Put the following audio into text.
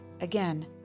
again